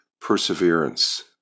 perseverance